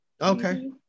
Okay